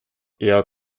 eher